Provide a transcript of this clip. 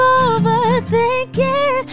overthinking